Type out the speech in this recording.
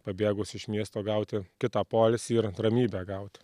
pabėgus iš miesto gauti kitą poilsį ramybę gaut